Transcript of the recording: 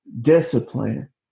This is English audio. discipline